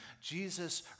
Jesus